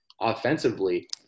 offensively